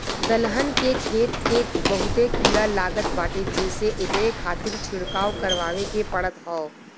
दलहन के खेत के बहुते कीड़ा लागत बाटे जेसे एकरे खातिर छिड़काव करवाए के पड़त हौ